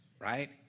right